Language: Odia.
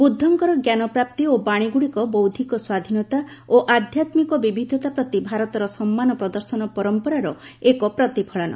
ବୁଦ୍ଧଙ୍କର ଜ୍ଞାନପ୍ରାପ୍ତି ଓ ବାଣୀଗୁଡ଼ିକ ବୌଦ୍ଧିକ ସ୍ୱାଧୀନତା ଓ ଆଧ୍ୟାମ୍ିକ ବିବିଧତା ପ୍ରତି ଭାରତର ସମ୍ମାନ ପ୍ରଦର୍ଶନ ପରମ୍ପରାର ଏକ ପ୍ରତିଫଳନ